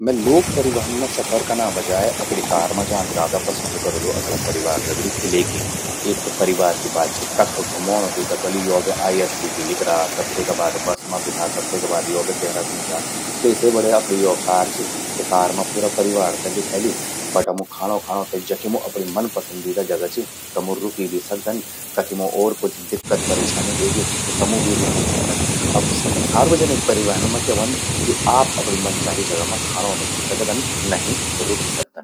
मैं लोक परिहन मां सफर कना बजाय अपणि कार मां जाण ज्यादा पसंद करोलु। अपणा परिवार दगड़ि किलेकि एक त परिवार कि बात चि। कख घूमौण तूं ते पलि यो बे आईएसबीटी लिकरा, तब तेका बाद बस मां बिठा, तब तेका बाद यो बे देहरादून जा। तेसे बढ़िया अपणि यो कार चि, त कार मां पूरा परिवार ते बिठैलि। बटा मूं खाणों खाणों ते जखि मूं अपणि मनपसंद जगा चि, तमु रुकी भी सकदन। कखि मूं और कुछ दिक्कत परेशानी एगी, त तमूं भी रुकी सकदन। अब सार्वजनिक परिवाहन मां क्या व्हंद कि आप अपणि मनचाही जगा मां खाणों नि खे सकदन। न ही रुकि सकदन।